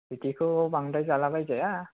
बिदिखौ बांद्राय जाला बायजाया